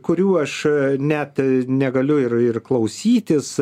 kurių aš net negaliu ir ir klausytis